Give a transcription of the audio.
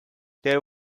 there